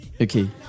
Okay